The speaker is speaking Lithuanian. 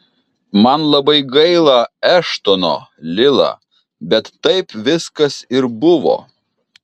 man labai gaila eštono lila bet taip viskas ir buvo